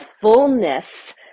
fullness